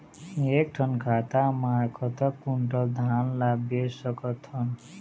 एक ठन खाता मा कतक क्विंटल धान ला बेच सकथन?